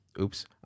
Oops